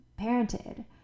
parented